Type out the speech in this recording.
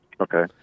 Okay